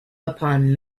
upon